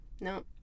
no